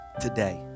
Today